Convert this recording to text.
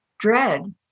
dread